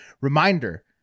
Reminder